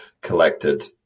collected